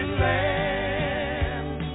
land